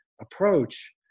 approach